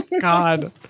God